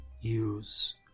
use